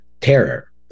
terror